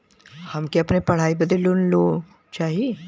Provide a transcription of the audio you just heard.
हमके अपने पढ़ाई बदे लोन लो चाही?